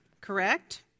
correct